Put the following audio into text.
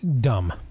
Dumb